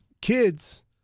kids